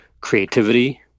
creativity